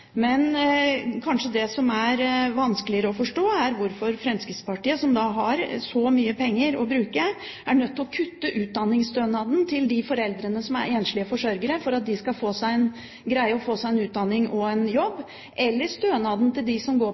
Men det som kanskje er vanskeligere å forstå, er hvorfor Fremskrittspartiet, som har så mye penger å bruke, er nødt til å kutte i utdanningsstønaden til dem som er enslige forsørgere, for at de skal greie å få seg en utdanning og en jobb, eller kutte i stønaden til dem som går på